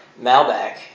Malbec